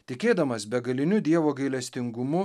tikėdamas begaliniu dievo gailestingumu